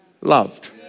loved